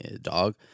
dog